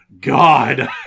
God